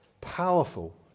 powerful